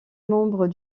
membres